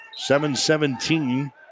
7-17